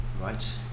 Right